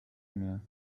mehr